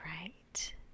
right